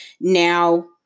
Now